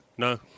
No